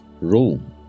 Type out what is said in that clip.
Rome